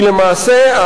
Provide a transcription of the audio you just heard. למעשה,